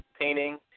painting